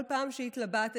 כל פעם שהתלבטתי,